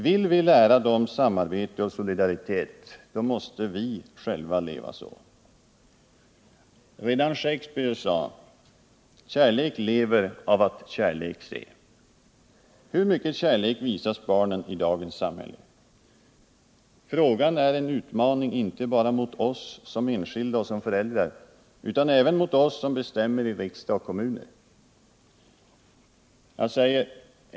Vill vi lära dem samarbete och solidaritet — då måste vi själva leva så. Redan Shakespeare sade: ”Kärlek lever av att kärlek se”. Hur mycket kärlek visas barnen i dagens samhälle? Frågan är en utmaning inte bara mot oss som enskilda och som föräldrar utan även mot oss som bestämmer i riksdag och kommuner.